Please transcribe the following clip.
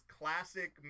classic